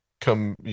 come